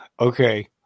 Okay